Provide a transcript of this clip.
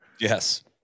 yes